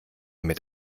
mit